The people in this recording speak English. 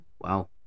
wow